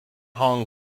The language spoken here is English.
hong